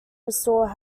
restore